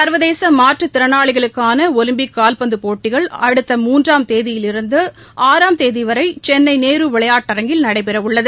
சர்வதேச மாற்றுத் திறனாளிகளுக்கான ஒலிம்பிக் கால்பந்துப் போட்டிகள் அடுத்த மூன்றாம் தேதியிலிருந்து ஆறாம் தேதிவரை சென்னை நேரு விளையாட்டரங்கில் நடைபெறவுள்ளது